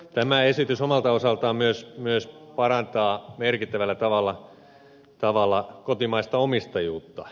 tämä esitys omalta osaltaan myös parantaa merkittävällä tavalla kotimaista omistajuutta